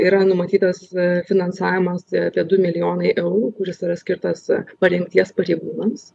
yra numatytas finansavimas apie du milijonai eurų kuris yra skirtas parengties pareigūnams